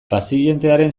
pazientearen